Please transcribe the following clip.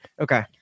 Okay